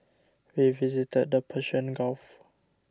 we visited the Persian Gulf